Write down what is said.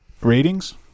Ratings